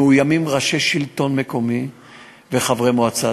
מאוימים ראשי שלטון מקומי וחברי מועצה.